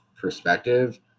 perspective